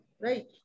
right